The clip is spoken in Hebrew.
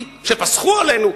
שפסחו עלינו,